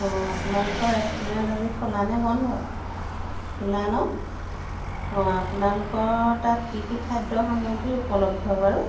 অঁ আপোনালোকৰ ৰেষ্টুৰেণ্ট আজি খোলানে বন্ধ খোলা ন অঁ আপোনালোকৰ তাত কি কি খাদ্য সামগ্ৰী উপলব্ধ বাৰু